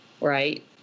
right